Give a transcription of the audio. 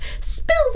spills